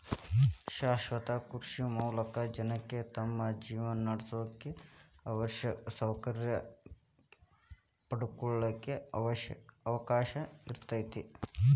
ಶಾಶ್ವತ ಕೃಷಿ ಮೂಲಕ ಜನಕ್ಕ ತಮ್ಮ ಜೇವನಾನಡ್ಸಾಕ ಅವಶ್ಯಿರೋ ಸೌಕರ್ಯ ಪಡ್ಕೊಳಾಕ ಅವಕಾಶ ಇರ್ತೇತಿ